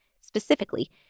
specifically